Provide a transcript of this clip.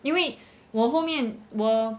因为我后面我